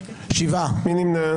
מי נמנע?